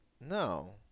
No